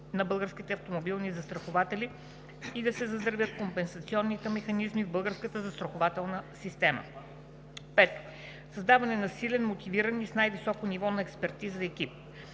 на българските автомобилни застрахователи и да се заздравят компенсационните механизми в българската застрахователна система. 5. Създаване на силен, мотивиран и с най-високо ниво на експертиза екип.